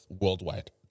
worldwide